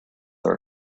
are